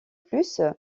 plus